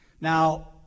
now